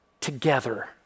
together